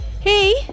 Hey